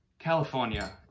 California